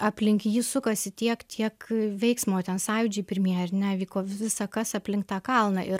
aplink jį sukasi tiek tiek veiksmo ten sąjūdžiai pirmieji ar ne vyko visa kas aplink tą kalną ir